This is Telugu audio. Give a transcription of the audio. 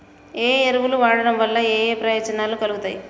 ఏ ఎరువులు వాడటం వల్ల ఏయే ప్రయోజనాలు కలుగుతయి?